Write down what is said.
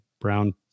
Brown